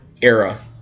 era